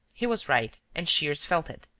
he was right and shears felt it.